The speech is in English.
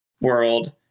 world